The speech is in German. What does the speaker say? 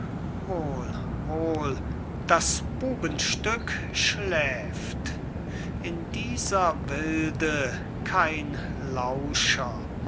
das bubenstück schläft in dieser wilde kein lauscher